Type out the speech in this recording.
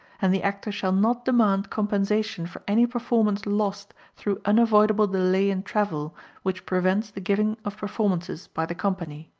and the actor shall not demand compensation for any performance lost through unavoidable delay in travel which prevents the giving of performances by the company.